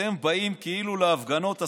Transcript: אתם באים כאילו להפגנות,